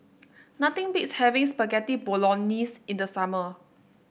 nothing beats having Spaghetti Bolognese in the summer